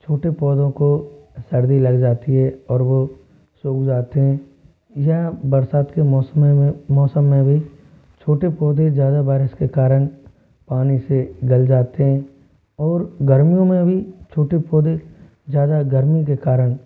छोटे पौधों को सर्दी लग जाती है और वो सूख जाते हैं यह बरसात के में मौसम में भी छोटे पौधे ज़्यादा बारिश के कारण पानी से गल जाते हैं और गर्मियों में भी छोटे पौधे ज़्यादा गर्मी के कारण